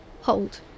Hold